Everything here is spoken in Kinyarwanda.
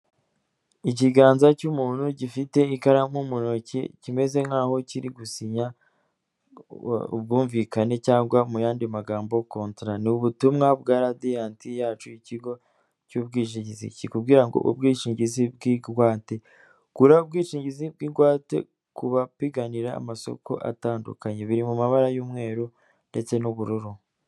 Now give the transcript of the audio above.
Ikiganza cy'umuntu gifite ikaramu mu ntoki kimeze nkaho kiri gusinya ubwumvikane cyangwa mu yandi magambo contract ni ubutumwa bwa radiyanti yacu ikigo cy'ubwishingizi kikubwira ngo ubwishingizi bw'ingwate. Gura ubwishingizi bw'ingwate ku bapiganira amasoko atandukanye, biri mu mabara y'umweru ndetse n'ubururu.